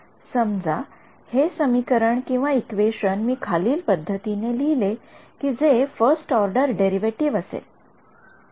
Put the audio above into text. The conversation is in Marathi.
समजा हे समीकरण इक्वेशन मी खालील पद्धतीने लिहिले कि जे फर्स्ट ऑर्डर डेरीवेटीव्ह असेल